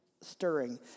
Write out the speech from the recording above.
stirring